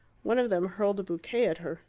one of them hurled a bouquet at her.